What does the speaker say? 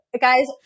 guys